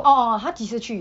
orh orh orh 他几时去